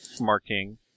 marking